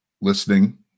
listening